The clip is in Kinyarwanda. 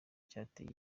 cyateye